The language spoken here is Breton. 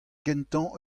kentañ